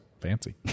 Fancy